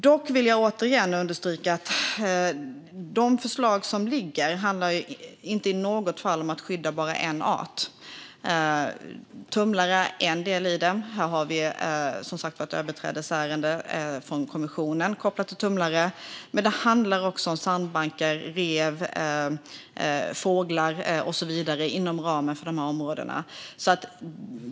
Dock vill jag återigen understryka att de förslag som ligger inte i något fall handlar om att skydda bara en art. Tumlare är en del i det. Här har vi ett överträdesärende från kommissionen kopplat till tumlare. Det handlar också om sandbankar, rev, fåglar och så vidare inom ramen för dessa områden.